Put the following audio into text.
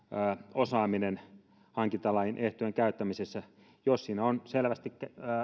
osaaminen hankintalain ehtojen käyttämisessä jos ehdoissa on selvästi